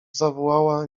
zawołała